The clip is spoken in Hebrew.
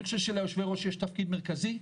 אני חושב שליושבי-ראש יש תפקיד מרכזי,